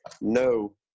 no